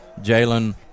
Jalen